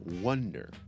wonder